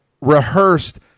rehearsed